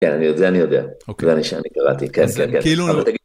כן, את זה אני יודע, זה אני שאני קראתי, כן, כן, כן.